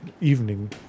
evening